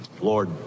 Lord